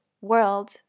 world